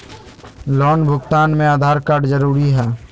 Loan भुगतान में Aadhaar card जरूरी है?